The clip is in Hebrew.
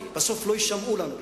בסוף לא יישמעו לנו בכלל.